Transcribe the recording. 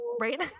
right